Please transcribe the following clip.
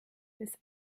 des